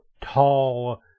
tall